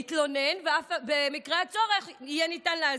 ולהתלונן, ואף במקרה הצורך ניתן יהיה להזיז.